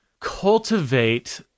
cultivate